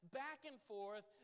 back-and-forth